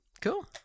Cool